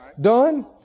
done